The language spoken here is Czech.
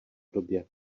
době